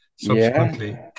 subsequently